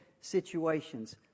situations